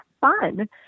fun